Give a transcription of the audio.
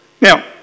Now